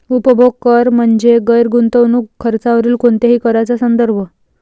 उपभोग कर म्हणजे गैर गुंतवणूक खर्चावरील कोणत्याही कराचा संदर्भ